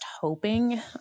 hoping